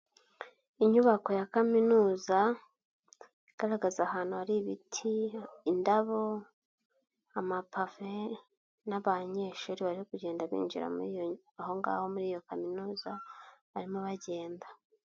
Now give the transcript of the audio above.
Inyubako ya Kaminuza igaragaza ahantu hari ibiti, indabo. amapave n'abanyeshuri bari kugenda binjira aho ngaho muri iyo Kaminuza barimo bagenda.